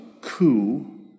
coup